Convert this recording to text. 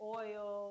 oil